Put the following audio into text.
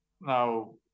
Now